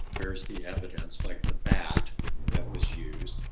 here's the evidence like the bat that was used.